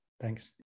Thanks